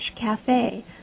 Cafe